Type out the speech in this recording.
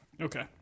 Okay